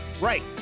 Right